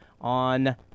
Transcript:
on